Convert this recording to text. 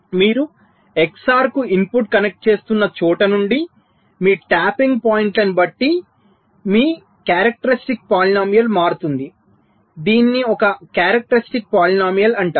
మీరు ఎక్స్ఆర్ కు input connect చేస్తున్న చోట నుండి మీ ట్యాపింగ్ పాయింట్లను బట్టి మీ లక్షణం బహుపది మారుతుంది దీనిని ఒక లక్షణ బహుపది అంటారు